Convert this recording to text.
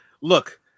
look